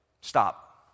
Stop